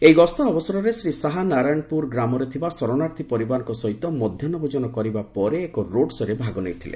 ଏହି ଗସ୍ତ ଅବସରରେ ଶ୍ରୀ ଶାହା ନାରାୟଣପୁରର ଗ୍ରାମରେ ଥିବା ଶରଣାର୍ଥୀ ପରିବାରଙ୍କ ସହତ ମଧ୍ୟାହୁ ଭୋଜନ କରିବା ପରେ ଏକ ରୋଡ୍ ଶୋ'ରେ ଭାଗ ନେଇଥିଲେ